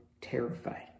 terrified